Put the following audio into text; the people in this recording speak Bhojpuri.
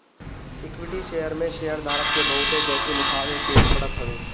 इक्विटी शेयर में शेयरधारक के बहुते जोखिम उठावे के पड़त हवे